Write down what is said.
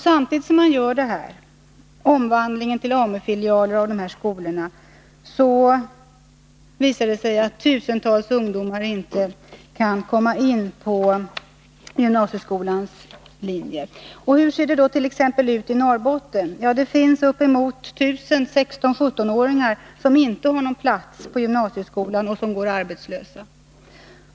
Samtidigt som man gör denna omvandling av dessa skolor till AMU-filialer är det tusentals ungdomar som inte kommer in på gymnasieskolans linjer. Hur ser det ut t.ex. i Norrbotten? Det finns uppemot 1 000 ungdomar i åldern 16-17 år som inte har någon plats i gymnasieskolan och som går arbetslösa.